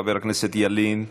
חבר הכנסת ילין,